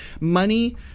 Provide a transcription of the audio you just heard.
money